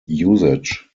usage